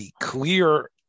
clear